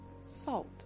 salt